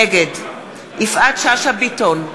נגד יפעת שאשא ביטון,